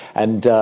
and